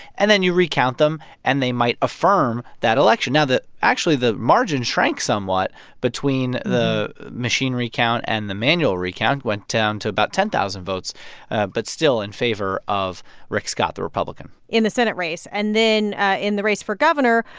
and then you recount them, and they might affirm that election. now, the actually, the margin shrank somewhat between the machine recount and the manual recount went down to about ten thousand votes but still in favor of rick scott, the republican in the senate race. and then ah in the race for governor,